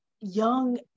young